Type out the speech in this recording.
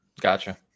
Gotcha